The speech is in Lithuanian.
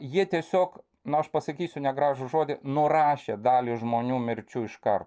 jie tiesiog na aš pasakysiu negražų žodį nurašė dalį žmonių mirčių iškart